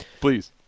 please